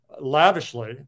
lavishly